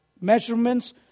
measurements